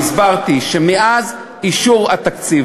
והסברתי שמאז אישור התקציב,